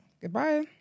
Goodbye